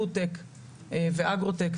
פוד-טק ואגרו-טק,